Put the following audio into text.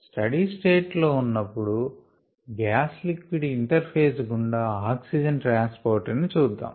study state లో ఉన్నప్పుడు gas liquid interphase గుండా ఆక్సిజన్ ట్రాన్స్ పోర్ట్ ని చూద్దాం